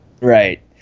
Right